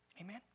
Amen